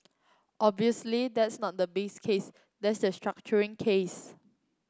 obviously that's not the base case that's the structuring case